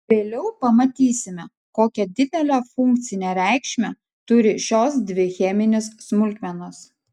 vėliau pamatysime kokią didelę funkcinę reikšmę turi šios dvi cheminės smulkmenos